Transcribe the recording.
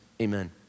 amen